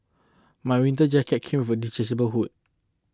my winter jacket came with a detachable hood